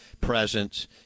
presence